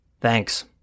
Thanks